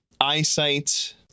eyesight